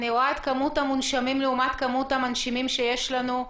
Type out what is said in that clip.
אני רואה את מספר המונשמים לעומת כמות המנשימים שיש לנו.